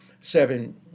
seven